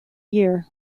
year